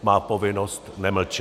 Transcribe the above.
Má povinnost nemlčet.